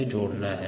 से जोड़ना है